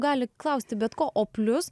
gali klausti bet ko o plius